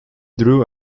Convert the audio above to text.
drew